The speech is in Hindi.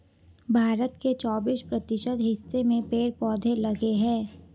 भारत के चौबिस प्रतिशत हिस्से में पेड़ पौधे लगे हैं